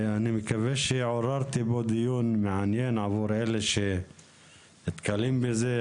אני מקווה שעוררתי פה דיון מעניין עבור אלה שנתקלים בזה,